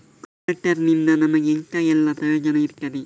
ಕೊಲ್ಯಟರ್ ನಿಂದ ನಮಗೆ ಎಂತ ಎಲ್ಲಾ ಪ್ರಯೋಜನ ಇರ್ತದೆ?